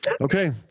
okay